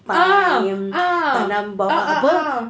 ah ah ah ah ah